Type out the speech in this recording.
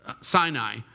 Sinai